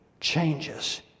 changes